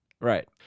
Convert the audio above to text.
Right